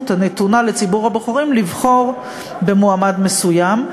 הנתונה לציבור הבוחרים לבחור דווקא במועמד מסוים.